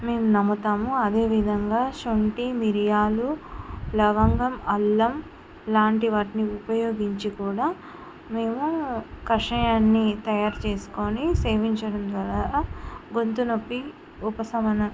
మేము నమ్ముతాము అదే విధంగా సొంటి మిరియాలు లవంగం అల్లం లాంటి వాటిని ఉపయోగించి కూడా మేము కషాయాన్ని తయారు చేసుకొని సేవించడం ద్వారా గొంతు నొప్పి ఉపశమన